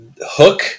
Hook